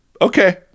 Okay